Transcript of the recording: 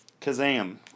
Kazam